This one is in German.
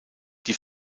die